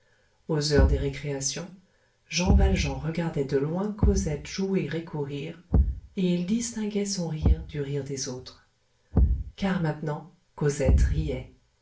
aux heures des récréations jean valjean regardait de loin cosette jouer et courir et il distinguait son rire du rire des autres car maintenant cosette riait